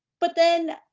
but then,